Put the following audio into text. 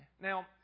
Now